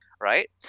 right